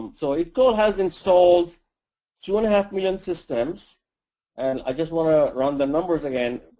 so idcol has installed two and a half million systems and i just want to run the numbers again.